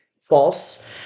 false